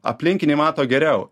aplinkiniai mato geriau